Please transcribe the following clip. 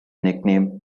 nickname